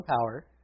power